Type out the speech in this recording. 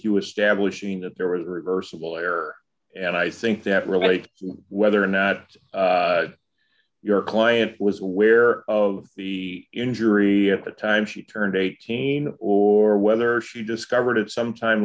you establishing that there was a reversible error and i think that relates whether or not your client was aware of the injury at the time she turned eighteen or whether she discovered it some time